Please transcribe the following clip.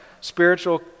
spiritual